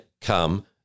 come